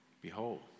Behold